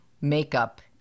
makeup